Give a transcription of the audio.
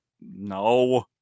no